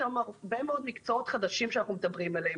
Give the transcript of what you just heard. הרבה מאוד מקצועות חדשים שאנחנו מדברים עליהם,